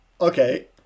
Okay